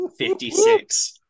56